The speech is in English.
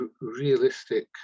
realistic